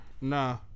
Nah